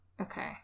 okay